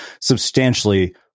substantially